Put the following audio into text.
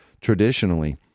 Traditionally